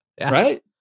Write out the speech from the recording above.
Right